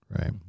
Right